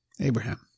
Abraham